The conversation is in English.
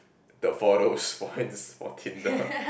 the photos probably it's for Tinder